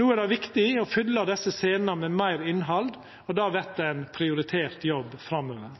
No er det viktig å fylla desse scenene med meir innhald, og det vert ein prioritert jobb framover.